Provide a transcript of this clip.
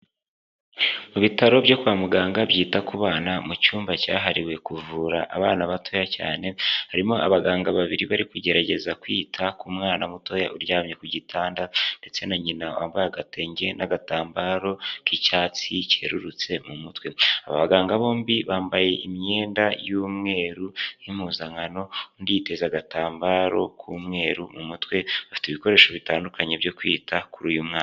Ibitaro byo kwa muganga byita ku bana mu cyumba cyahariwe kuvura abana batoya cyane, harimo abaganga babiri bari kugerageza kwita ku mwana mutoya uryamye ku gitanda ndetse na nyina wambaye agatenge n'agatambaro k'icyatsi kererutse mu mutwe. Aba baganga bombi bambaye imyenda y'umweru y'impuzankano, undi yiteze agatambaro k'umweru mu mutwe, bafite ibikoresho bitandukanye byo kwita kuri uyu mwana.